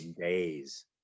days